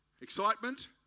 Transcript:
excitement